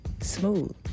smooth